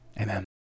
Amen